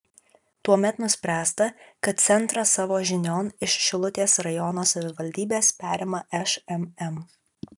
tuomet nuspręsta kad centrą savo žinion iš šilutės rajono savivaldybės perima šmm